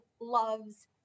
loves